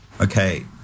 Okay